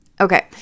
Okay